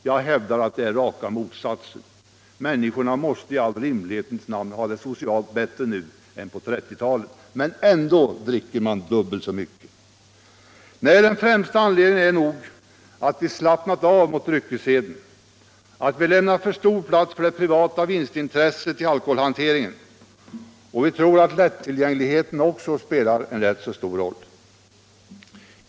Jag hävdar att det är raka motsatsen. Människorna måste i all rimlighets namn ha det socialt bättre nu än på 1930-talet, men ändå dricker man dubbelt så mycket. Nej, den främsta anledningen är nog att vi slappnat av mot dryckesseden och att vi lämnar för stor plats för det privata vinstintresset i alkoholhanteringen. Jag tror också att lättillgängligheten spelar en rätt så stor roll.